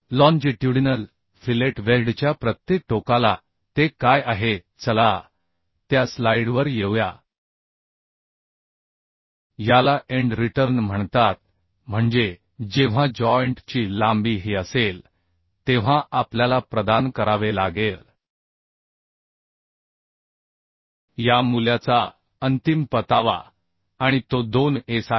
longitudinal fillet वेल्डच्या प्रत्येक टोकाला ते काय आहे चला त्या स्लाइडवर येऊया याला एंड रिटर्न म्हणतात म्हणजे जेव्हा जॉइंट ची लांबी ही असेल तेव्हा आपल्याला प्रदान करावे लागेल या मूल्याचा अंतिम परतावा आणि तो 2S आहे